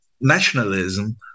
nationalism